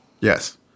Yes